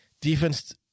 defense